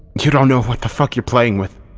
you don't know what the fuck you're playing with.